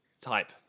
type